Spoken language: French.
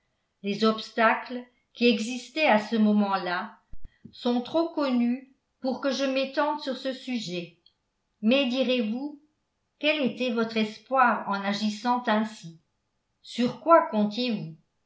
les obstacles qui existaient à ce moment-là sont trop connus pour que je m'étende sur ce sujet mais direz-vous quel était votre espoir en agissant ainsi sur quoi comptiez vous